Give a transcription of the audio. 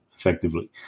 Effectively